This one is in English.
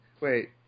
Wait